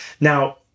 Now